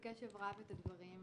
בקשב רב, את הדברים.